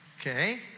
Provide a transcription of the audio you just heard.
okay